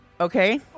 Okay